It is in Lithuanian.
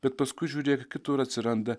bet paskui žiūrėk kitur atsiranda